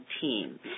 Team